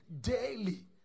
Daily